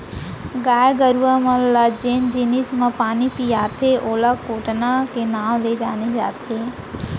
गाय गरूवा मन ल जेन जिनिस म पानी पियाथें ओला कोटना के नांव ले जाने जाथे